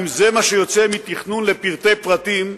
אם זה מה שיוצא מתכנון לפרטי פרטים,